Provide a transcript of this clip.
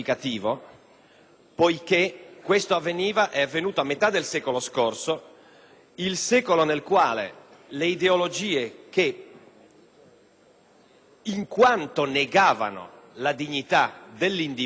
perché cioè avvenuto a metà del secolo scorso, un secolo nel quale ideologie che negavano la dignità dell'individuo,